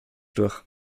durch